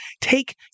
take